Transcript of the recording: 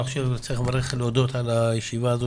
אני לא רוצה לחזור על כל התופעות,